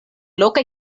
loka